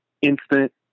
instant